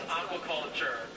aquaculture